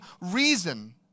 reason